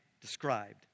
described